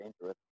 dangerous